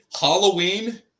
Halloween